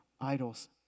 idols